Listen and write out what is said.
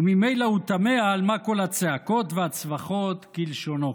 וממילא הוא תמה על מה כל הצעקות והצווחות, כלשונו.